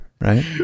right